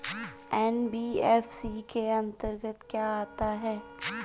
NBFC के अंतर्गत क्या आता है?